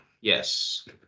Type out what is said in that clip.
Yes